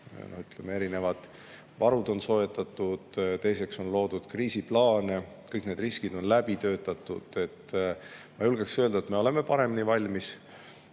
valmis. Erinevad varud on soetatud, on loodud kriisiplaane, kõik need riskid on läbi töötatud. Ma julgeksin öelda, et me oleme paremini valmis.